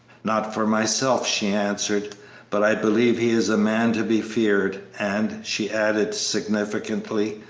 not for myself, she answered but i believe he is a man to be feared, and, she added, significantly,